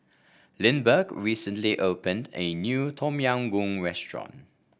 Lindbergh recently opened a new Tom Yam Goong restaurant